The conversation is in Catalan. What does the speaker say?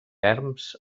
erms